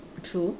true